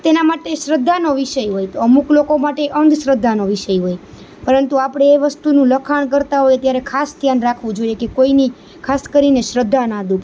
તેનાં માટે શ્રદ્ધાનો વિષય હોય તો અમુક લોકો માટે અંધશ્રદ્ધાનો વિષય હોય પરંતુ આપણે એ વસ્તુનું લખાણ કરતાં હોય ત્યારે ખાસ ધ્યાન રાખવું જોઈએ કે કોઈની ખાસ કરીને શ્રદ્ધા ના દુભે